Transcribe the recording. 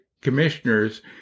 commissioners